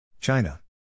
China